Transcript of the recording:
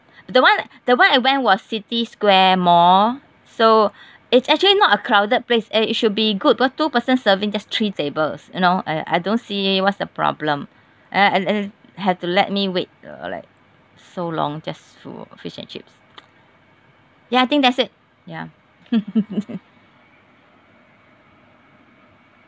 the one the one I went was city square mall so it's actually not a crowded place it should be good because two person serving just three tables you know I I don't see what's the problem and and had to let me wait uh like so long just for fish and chips ya I think that's it ya